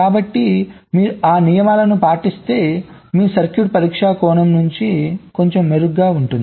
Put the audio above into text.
కాబట్టి మీరు ఆ నియమాలను పాటిస్తే మీ సర్క్యూట్ పరీక్షా కోణం నుండి కొంచెం మెరుగ్గా ఉంటుంది